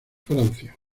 francia